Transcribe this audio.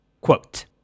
Quote